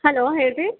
hello ಹೇಳಿರಿ